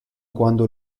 quando